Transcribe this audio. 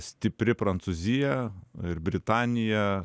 stipri prancūzija ir britanija